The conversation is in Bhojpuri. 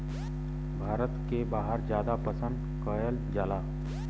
भारत के बहरे जादा पसंद कएल जाला